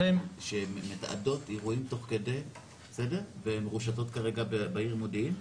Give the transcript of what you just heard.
מצלמות שמתעדות אירועים תוך כדי והן מרושתות כרגע בעיר מודיעין.